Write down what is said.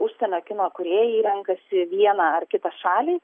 užsienio kino kūrėjai renkasi vieną ar kitą šalį